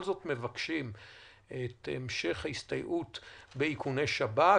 זאת מבקשים את המשך ההסתייעות באיכוני שב"כ.